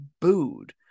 booed